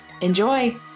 Enjoy